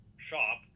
shop